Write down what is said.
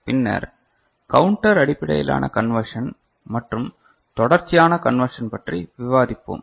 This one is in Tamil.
பின்னர் கவுன்ட்டர் அடிப்படையிலான கன்வெர்ஷன் மற்றும் தொடர்ச்சியான கன்வெர்ஷன் பற்றி விவாதிப்போம்